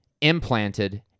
implanted